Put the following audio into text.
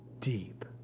deep